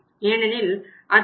ஏனெனில் அதிலிருந்து 2